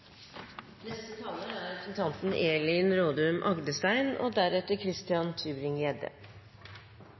Neste taler er representanten og